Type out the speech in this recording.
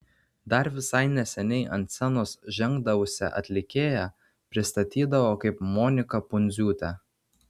dar visai neseniai ant scenos žengdavusią atlikėją pristatydavo kaip moniką pundziūtę